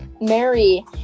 Mary